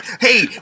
Hey